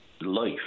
life